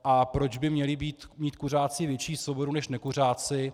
A proč by měli mít kuřáci větší svobodu než nekuřáci?